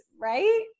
Right